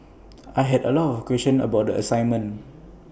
I had A lot of questions about the assignment